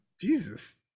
Jesus